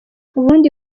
ubundi